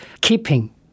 keeping